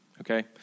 okay